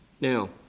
Now